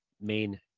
main